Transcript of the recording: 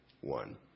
one